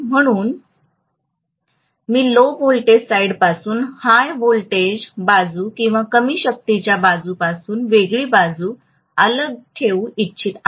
म्हणून मी low voltage साइडपासून हाय व्होल्टेज बाजू किंवा कमी शक्तीच्या बाजूपासून वेगळी बाजू अलग ठेवू इच्छित आहे